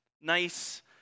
Nice